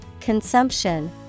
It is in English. consumption